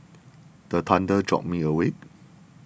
the thunder jolt me awake